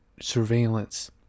surveillance